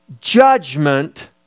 judgment